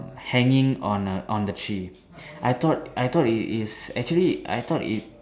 hanging on a on the tree I thought I thought it is actually I thought it